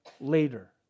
later